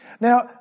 Now